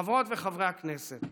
חברות וחברי הכנסת,